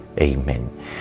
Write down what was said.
Amen